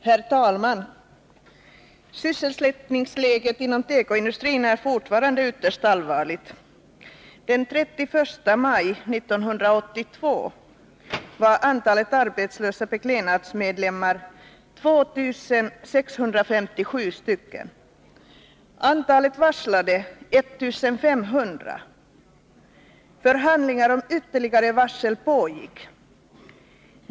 Herr talman! Sysselsättningsläget inom tekoindustrin är fortfarande ytterst allvarligt. Den 31 maj 1982 var antalet arbetslösa Beklädnadsmedlemmar 2 657 och antalet varslade 1500. Förhandlingar om ytterligare varsel pågick.